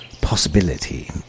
possibility